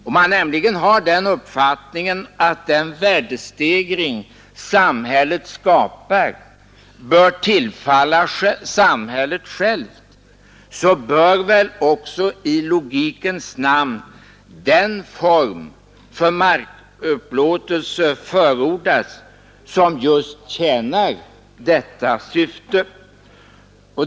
Om man nämligen har den uppfattningen att den värdestegring samhället skapar bör tillfalla samhället självt, bör väl också i logikens namn den form för markupplåtelse förordas som just tjänar detta syfte.